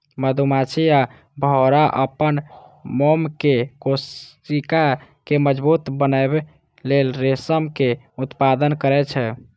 मधुमाछी आ भौंरा अपन मोमक कोशिका कें मजबूत बनबै लेल रेशमक उत्पादन करै छै